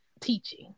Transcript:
teaching